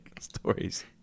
stories